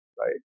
right